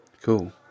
Cool